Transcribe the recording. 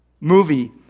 movie